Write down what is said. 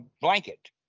blanket